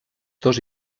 dos